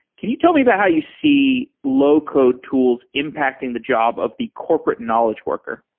can you tell me about how you see low-code tools impacting the job of the corporate knowledge worker?